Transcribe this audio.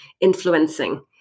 influencing